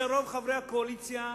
שרוב חברי הקואליציה,